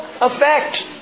effect